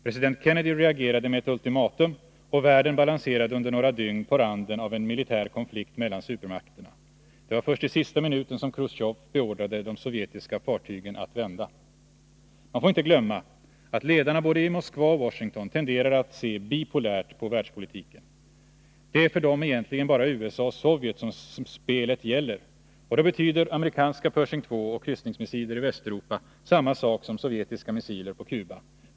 President Kennedy reagerade med ett ultimatum, och världen balanserade under några dygn på randen av en militär konflikt mellan supermakterna. Det var först i sista minuten som Chrustjev beordade de sovjetiska fartygen att vända. Man får inte glömma att ledarna både i Moskva och i Washington tenderar att se bipolärt på världspolitiken. Det är för dem egentligen bara USA och Sovjet som spelet gäller, och då betyder amerikanska Pershing 2 och kryssningsmissiler i Västeuropa samma sak som sovjetiska missiler på Cuba.